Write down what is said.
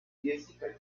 jessica